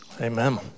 Amen